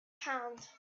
hand